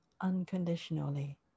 unconditionally